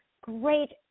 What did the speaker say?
great